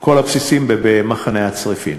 של כל הבסיסים במחנה צריפין.